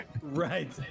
Right